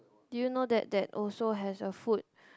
do you know that that also has a food